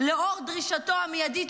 לאור דרישתו המיידית,